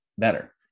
better